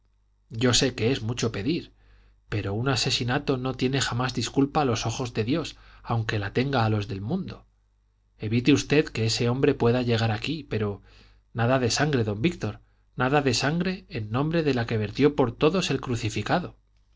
yo sé que es mucho pedir pero un asesinato no tiene jamás disculpa a los ojos de dios aunque la tenga a los del mundo evite usted que ese hombre pueda llegar aquí pero nada de sangre don víctor nada de sangre en nombre de la que vertió por todos el crucificado